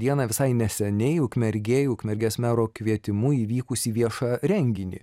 dieną visai neseniai ukmergėj ukmergės mero kvietimu įvykusį viešą renginį